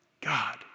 God